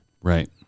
Right